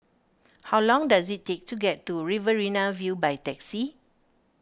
how long does it take to get to Riverina View by taxi